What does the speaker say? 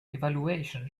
evaluation